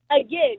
again